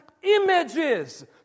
Images